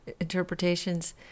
interpretations